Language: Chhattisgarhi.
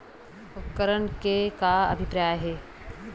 उपकरण से का अभिप्राय हे?